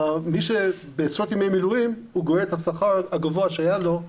מי שבעשרות ימי מילואים גורר את השכר הגבוה שהיה לו,